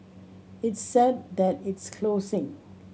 it's sad that it's closing